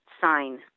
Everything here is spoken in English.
sign